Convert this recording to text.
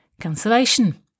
Cancellation